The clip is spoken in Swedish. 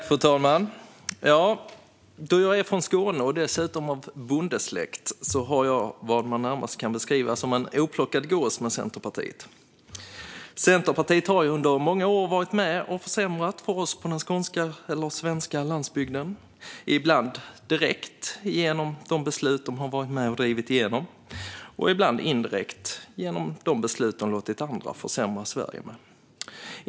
Fru talman! Då jag är från Skåne och dessutom av bondesläkt har jag vad man närmast kan beskriva som en oplockad gås med Centerpartiet. Centerpartiet har under många år varit med och försämrat för oss på den skånska eller svenska landsbygden, ibland direkt genom de beslut de har varit med och drivit igenom och ibland indirekt genom de beslut de låtit andra försämra Sverige med.